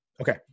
Okay